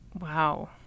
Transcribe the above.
Wow